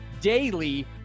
daily